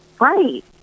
right